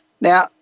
Now